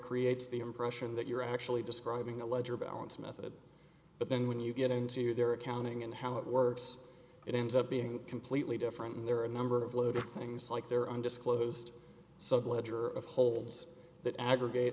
creates the impression that you're actually describing a ledger balance method but then when you get into their accounting and how it works it ends up being completely different and there are a number of loaded kling's like there are undisclosed sub ledger of holds that aggregate